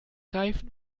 reifen